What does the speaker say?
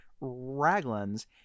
Raglan's